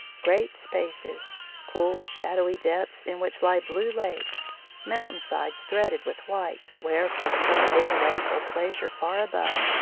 great spaces cool, shadowy depths in which lie blue lakes mountain-sides threaded with white, where, from some hidden lake or glacier far above,